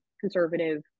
conservative